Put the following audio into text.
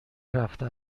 رفته